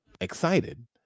excited